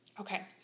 Okay